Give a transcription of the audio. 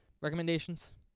Recommendations